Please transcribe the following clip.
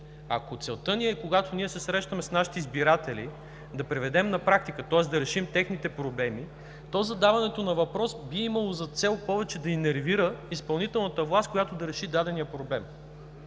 Ако целта ни е, когато се срещаме с нашите избиратели да преведем на практика, тоест да решим техните проблеми, то задаването на въпрос би имало за цел повече да нервира изпълнителната власт, която да реши дадения проблем